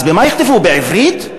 אז במה יכתבו, בעברית?